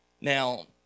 Now